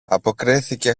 αποκρίθηκε